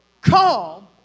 calm